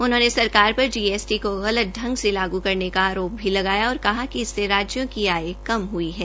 उन्होंने सरकार पर जीएसटी को गलत ांग से लागू करने का आरोप भी लगाया और कहा कि इससे राज्यों की आय कम हुइ है